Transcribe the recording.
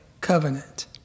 covenant